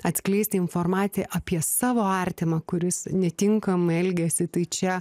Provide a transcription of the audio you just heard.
atskleisti informatiją apie savo artimą kuris netinkamai elgiasi tai čia